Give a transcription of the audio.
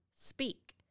speak